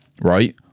right